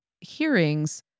hearings